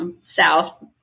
south